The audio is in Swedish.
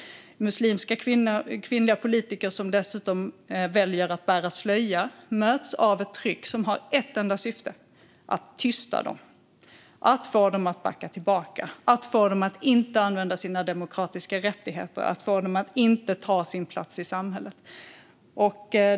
Muslimska kvinnliga politiker som dessutom väljer att bära slöja möts av ett tryck som har ett enda syfte: att tysta dem, att få dem att backa tillbaka, att få dem att inte använda sina demokratiska rättigheter och att få dem att inte ta sin plats i samhället.